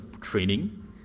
training